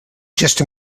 just